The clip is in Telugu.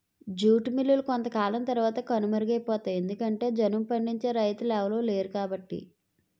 జూట్ మిల్లులు కొంతకాలం తరవాత కనుమరుగైపోతాయి ఎందుకంటె జనుము పండించే రైతులెవలు లేరుకాబట్టి